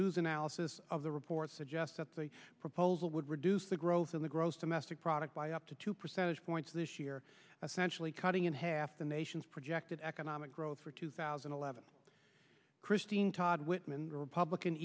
news analysis of the report suggests that the proposal would reduce the growth in the gross domestic product by up to two percentage points this year essentially cutting in half the nation's projected economic growth for two thousand and eleven christine todd whitman republican